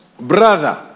Brother